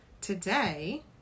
Today